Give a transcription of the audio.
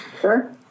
Sure